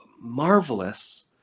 marvelous